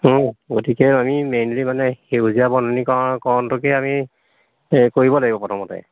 গতিকে আমি মেইনলি মানে সেউজীয়া বননি ক কৰণটোকে আমি কৰিব লাগিব প্ৰথমতে